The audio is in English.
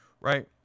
right